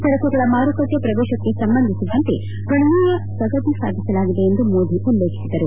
ಸರಕುಗಳ ಮಾರುಕಟ್ಲೆ ಪ್ರವೇಶಕ್ಕೆ ಸಂಬಂಧಿಸಿದಂತೆ ಗಣನೀಯ ಪ್ರಗತಿ ಸಾಧಿಸಲಾಗಿದೆ ಎಂದು ಮೋದಿ ಉಲ್ಲೇಖಿಸಿದರು